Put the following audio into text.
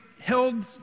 held